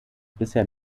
bisher